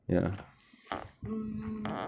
mm